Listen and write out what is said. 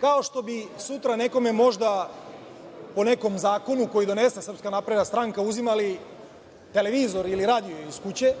Kao što bi sutra nekome, možda, po nekom zakonu koji donese SNS, uzimali televizor ili radio iz kuće,